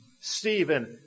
Stephen